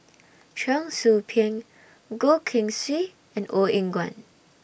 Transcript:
Cheong Soo Pieng Goh Keng Swee and Ong Eng Guan